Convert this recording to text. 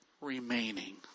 remaining